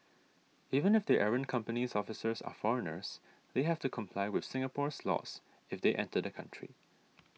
even if the errant company's officers are foreigners they have to comply with Singapore's laws if they enter the country